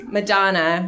Madonna